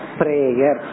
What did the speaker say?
prayer